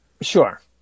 Sure